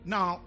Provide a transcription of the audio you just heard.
Now